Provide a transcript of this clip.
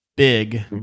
big